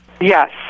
Yes